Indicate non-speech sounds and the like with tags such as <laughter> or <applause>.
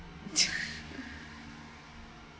<laughs>